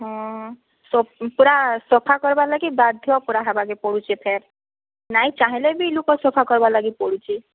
ହଁ ତ ଉଁ ପୂରା ସଫା କରବାର୍ ଲାଗି ବାଧ୍ୟ ପୂରା ହେବାକେ ପଡ଼ୁଛେ ଫେର୍ ନାଇଁ ଚାହିଁଲେ ବି ଲୁକ ସଫା କରବା ଲାଗି ପଡ଼ୁଛି